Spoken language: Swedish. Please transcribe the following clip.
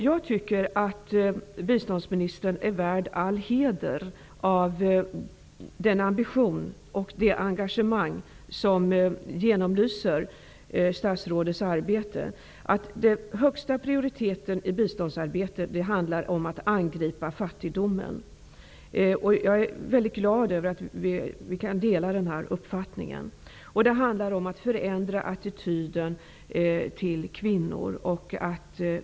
Jag tycker att biståndsministern är värd all heder genom den ambition och det engagemang som genomlyser statsrådets arbete: att angripa fattigdomen har den högsta prioriteten i biståndsarbetet. Jag är väldigt glad över att vi kan dela den uppfattningen. Det handlar om att förändra attityden till kvinnor.